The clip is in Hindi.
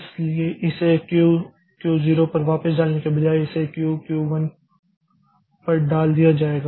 इसलिए इसे क्यू Q 0 पर वापस डालने के बजाय इसे क्यू Q 1 पर डाल दिया जाएगा